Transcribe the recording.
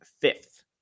fifth